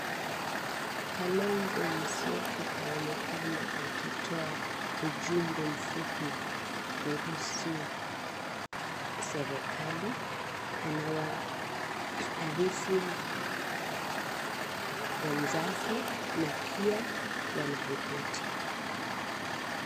Kalonzo Msyoka aonekana akitoa ujumbe mfupi kuhusu serikali anawaarifu wenzake na pia wanaripoti.